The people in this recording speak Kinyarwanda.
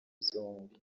zombi